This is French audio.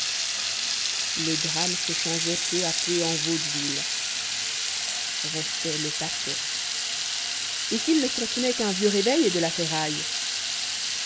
le drame se changeait peu à peu en vaudeville restait le paquet et s'il ne contenait qu'un vieux réveil et de la ferraille